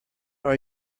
are